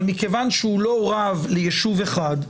אבל מכיוון שהוא לא רב ליישוב אחד,